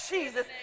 Jesus